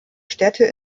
städte